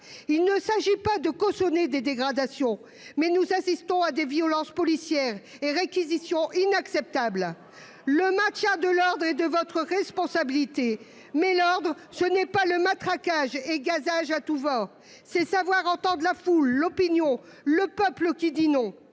Il ne s'agit pas de cautionner des dégradations, mais nous assistons à des violences policières et à des réquisitions inacceptables. Le maintien de l'ordre relève de votre responsabilité. Pour autant, l'ordre, ce n'est pas le matraquage et le gazage à tout va ! C'est savoir entendre la foule, l'opinion, le peuple qui dit non